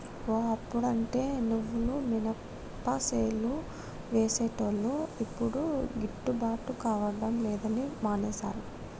ఓ అప్పుడంటే నువ్వులు మినపసేలు వేసేటోళ్లు యిప్పుడు గిట్టుబాటు కాడం లేదని మానేశారు